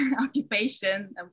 occupation